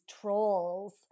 trolls